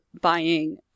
buying